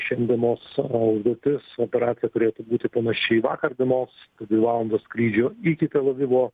šiandienos užduotis operacija turėtų būti panaši į vakar dienos dvi valandos skrydžio iki tel avivo